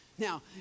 Now